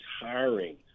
Hiring